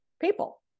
people